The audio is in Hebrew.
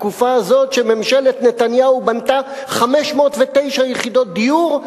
בתקופה הזאת שממשלת נתניהו בנתה 509 יחידות דיור,